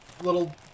little